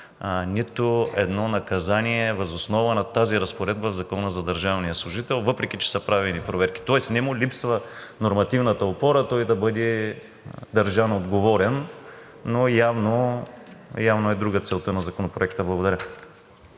нито едно наказание въз основа на тази разпоредба в Закона за държавния служител, въпреки че са правени проверки. Тоест не му липсва нормативната опора той да бъде държан отговорен. Явно е друга целта на Законопроекта. Благодаря.